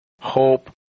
hope